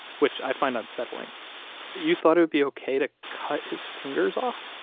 which i find unsettling you thought it would be ok to cut his fingers off?